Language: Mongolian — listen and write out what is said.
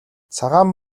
цагаан